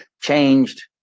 changed